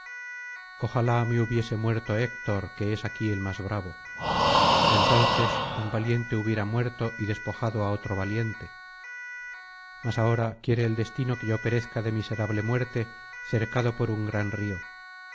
ojalá me hubiese muerto héctor que es aquí el más bravo entonces un valiente hubiera muerto y despojado á otro valiente mas ahora quiere el destino que yo perezca de miserable muerte cercado por un gran río